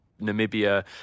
Namibia